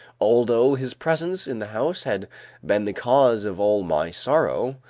although his presence in the house had been the cause of all my sorrow,